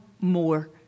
more